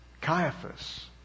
Caiaphas